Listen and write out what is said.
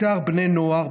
בעיקר בני נוער,